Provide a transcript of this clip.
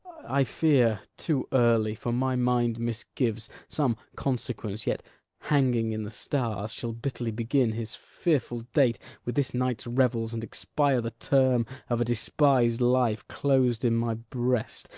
i fear, too early for my mind misgives some consequence, yet hanging in the stars, shall bitterly begin his fearful date with this night's revels and expire the term of a despised life, clos'd in my breast,